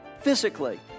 physically